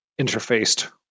interfaced